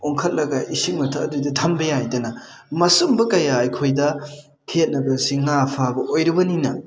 ꯑꯣꯟꯈꯠꯂꯒ ꯏꯁꯤꯡ ꯃꯊꯛ ꯑꯗꯨꯗ ꯊꯝꯕ ꯌꯥꯏꯗꯅ ꯃꯁꯨꯝꯕ ꯀꯌꯥ ꯑꯩꯈꯣꯏꯗ ꯈꯦꯠꯅꯕ ꯑꯁꯤ ꯉꯥ ꯐꯥꯕ ꯑꯣꯏꯔꯨꯕꯅꯤꯅ